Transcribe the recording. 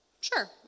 sure